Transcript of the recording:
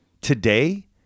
today